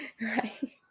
Right